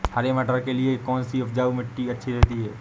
हरे मटर के लिए कौन सी उपजाऊ मिट्टी अच्छी रहती है?